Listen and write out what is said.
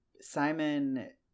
simon